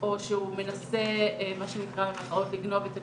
או שהוא מנסה מה שנקרא "לגנוב את הגבול",